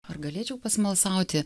ar galėčiau pasmalsauti